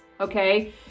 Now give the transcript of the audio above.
okay